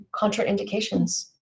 contraindications